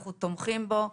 אנחנו תומכים בו.